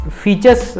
features